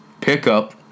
pickup